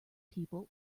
people